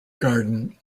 garden